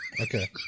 Okay